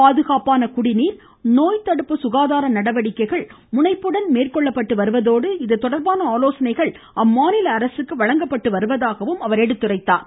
பாதுகாப்பான குடிநீர் நோய்த்தடுப்பு சுகாதார நடவடிக்கைகள் முனைப்புடன் மேற்கொள்ளப்பட்டு வருவதோடு இது தொடர்பான ஆலோசனைகள் அம்மாநில அரசுக்கு வழங்கப்பட்டிருப்பதாகவும் குறிப்பிட்டார்